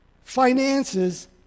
finances